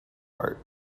heart